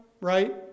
right